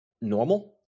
normal